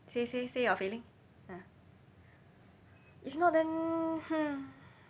say say say your feeling ah if not then hmm